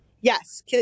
Yes